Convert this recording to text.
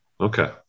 Okay